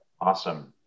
Awesome